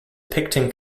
pitkin